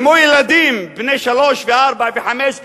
אל מול ילדים בני שלוש וארבע וחמש ו-14,